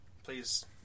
Please